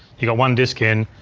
you got one disk in,